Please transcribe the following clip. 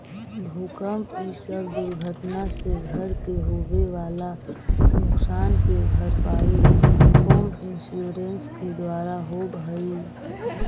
भूकंप इ सब दुर्घटना से घर के होवे वाला नुकसान के भरपाई होम इंश्योरेंस के द्वारा होवऽ हई